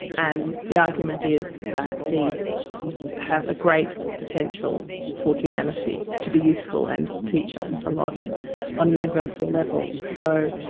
and the argument is that these have a great potential for humanity to be useful and teach us a lot on a universal level. so